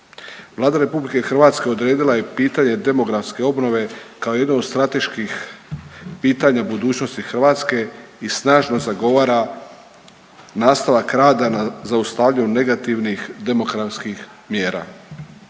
Vlada RH odredila je pitanje demografske obnove kao jedno od strateških pitanja budućnosti Hrvatske i snažno zagovara nastavak rada na zaustavljanju negativnih demografskih mjera.